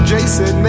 Jason